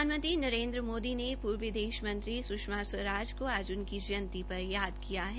प्रधानमंत्री नरेन्द्र मोदी ने पूर्व विदेश मंत्री सुषमा स्वराज के आज उनकी जयंती पर याद किया है